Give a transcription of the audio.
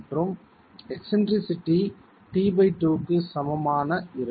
மற்றும் eccentricity t2 க்கு சமமான இருக்கும்